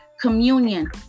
communion